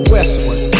Westward